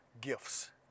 gifts